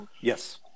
yes